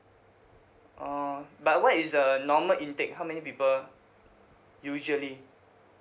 orh but what is the normal intake how many people usually